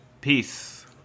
Peace